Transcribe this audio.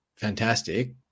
Fantastic